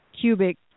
cubic